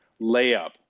layup